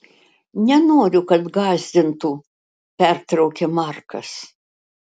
nenoriu kad gąsdintų pertraukia markas